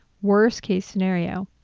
worst case scenario,